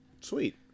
Sweet